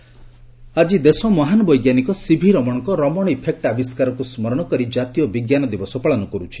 national science day ଆଜି ଦେଶ ମହାନ ବୈଜ୍ଞାନିକ ସିଭିରମଣଙ୍କ ରମଣ ଇଫେକୃ ଆବିଷ୍କାରକୁ ସ୍ମରଣ କରି ଜାତୀୟ ବିଜ୍ଞାନ ଦିବସ ପାଳନ କରୁଛି